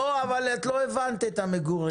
לא הבנת את בעיית המגורים.